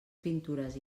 pintures